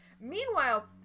Meanwhile